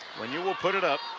wynja will put it up.